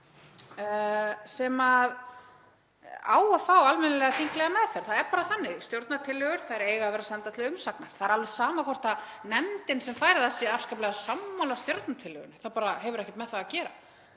sem á að fá almennilega þinglega meðferð, það er bara þannig. Stjórnartillögur á að senda til umsagnar. Það er alveg sama hvort nefndin sem fær það er afskaplega sammála stjórnartillögunni, það hefur bara ekkert með það að gera.